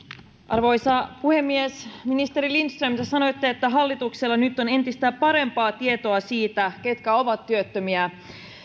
arvoisa puhemies ministeri lindström te sanoitte että hallituksella nyt on entistä parempaa tietoa siitä ketkä ovat työttömiä